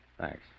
Thanks